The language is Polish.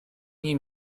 nie